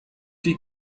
die